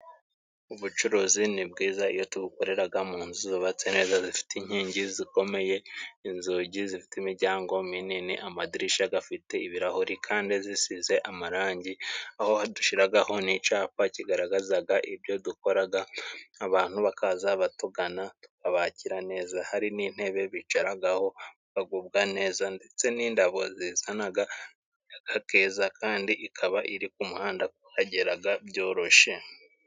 Ubucuruzi ni bwiza iyo tubukorera mu nzu zubatse neza, zifite inkingi zikomeye, inzugi zifite imiryango minini, amadirishya afite ibirahuri kandi zisize amarangi. Aho dushyiraho n'icyapa kigaragaza ibyo dukora, abantu bakaza batugana tukabakira neza, hari n'intebe bicaraho, bakagubwa neza, ndetse n'indabo zizana akayaga keza, kandi ikaba iri ku muhanda kuhagera byoroshye.